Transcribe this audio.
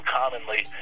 commonly